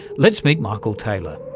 let's meet mikell taylor.